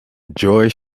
joy